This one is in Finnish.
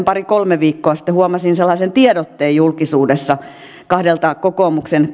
pari kolme viikkoa sitten huomasin sellaisen tiedotteen julkisuudessa kahdelta kokoomuksen